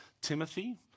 Timothy